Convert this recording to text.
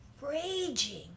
raging